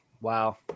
wow